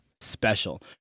special